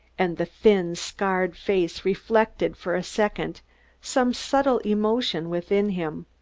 and the thin, scarred face reflected for a second some subtle emotion within him.